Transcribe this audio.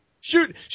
Shoot